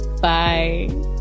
Bye